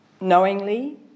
knowingly